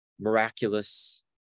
miraculous